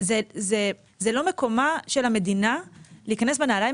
זה לא מקומה של המדינה להיכנס בנעליים